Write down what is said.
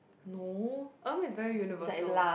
no erm is very universal